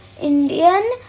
Indian